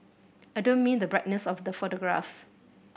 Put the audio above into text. I don't mean the brightness of the photographs